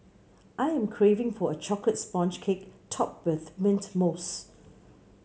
I am craving for a chocolate sponge cake topped with mint mousse